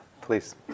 please